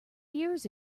years